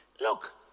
Look